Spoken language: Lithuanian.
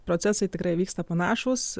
procesai tikrai vyksta panašūs